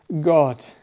God